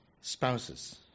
spouses